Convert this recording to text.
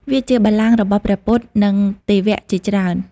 វាជាបល្ល័ង្ករបស់ព្រះពុទ្ធ និងទេវៈជាច្រើន។